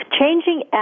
changing